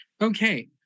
okay